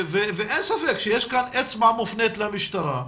אין ספק שיש כאן אצבע מופנית למשטרה,